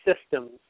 systems